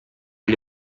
gli